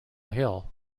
hill